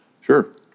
Sure